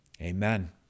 Amen